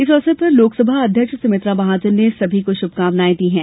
इस अवसर पर लोकसभा अध्यक्ष सुमित्रा महाजन ने सभी को शुभकामनाएं दी है